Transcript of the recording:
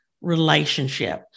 relationship